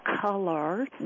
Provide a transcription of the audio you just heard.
color